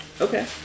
Okay